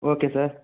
okay sir